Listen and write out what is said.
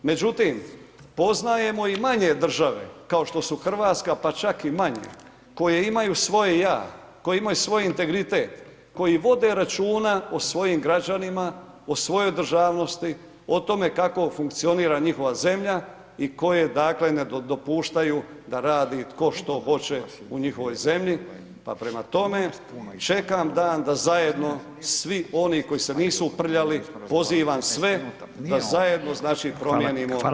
Međutim poznajemo i manje države kao što su Hrvatska, pa čak i manje, koje imaju svoje ja, koje imaju svoj integritet, koji vode računa o svojim građanima, o svojoj državnosti, o tome kako funkcionira njihova zemlja, i koje dakle ne dopuštaju da radi tko što hoće u njihovoj zemlji, pa prema tome čekam dan da zajedno svi oni koji se nisu uprljali, pozivam sve da zajedno znači promijenimo Hrvatsku.